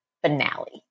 finale